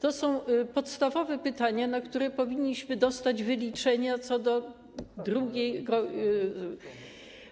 To są podstawowe pytania, na które powinniśmy dostać wyliczenia co do